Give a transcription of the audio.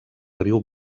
riu